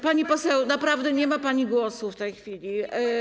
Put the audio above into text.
Pani poseł, naprawdę nie ma pani głosu w tej chwili.